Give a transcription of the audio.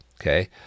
okay